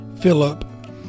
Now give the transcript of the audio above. Philip